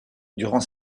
durant